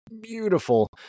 beautiful